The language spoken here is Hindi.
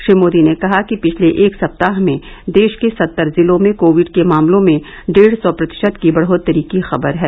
श्री मोदी ने कहा कि पिछले एक सप्ताह में देश के सत्तर जिलों में कोविड के मामलों में डेढ सौ प्रतिशत की बढ़ोतरी की खबर है